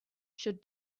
should